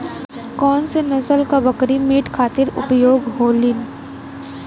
कौन से नसल क बकरी मीट खातिर उपयोग होली?